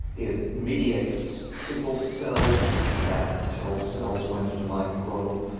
it mediates signals to cells that tell cells when to divide and grow.